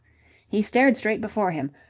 he stared straight before him,